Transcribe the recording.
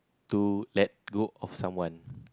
to let go of someone